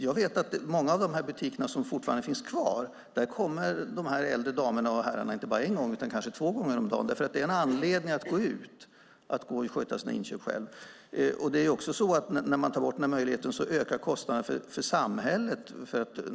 Jag vet att till många av de butiker som fortfarande finns kvar kommer de äldre damerna och herrarna inte bara en gång utan kanske två gånger om dagen därför att när man sköter sina inköp själv är det en anledning att gå ut. Det är också så att när man tar bort den här möjligheten ökar kostnaden för samhället.